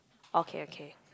okay okay